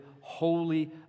holy